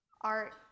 art